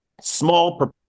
small